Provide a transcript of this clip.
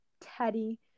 Teddy